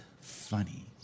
funny